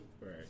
Right